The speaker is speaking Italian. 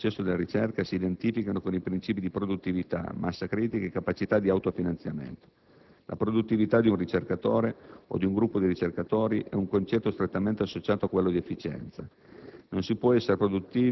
Le parole d'ordine per il successo della ricerca si identificano con i principi di produttività, massa critica e capacità di autofinanziamento. La produttività di un ricercatore o di un gruppo di ricercatori è un concetto strettamente associato a quello di efficienza.